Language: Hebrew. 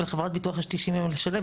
ולחברת הביטוח יש 90 יום לשלם.